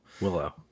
Willow